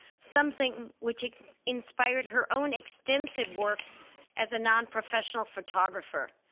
something which inspired her own extensive work as a nonprofessional photographer.